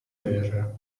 terra